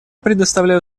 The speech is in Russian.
предоставляю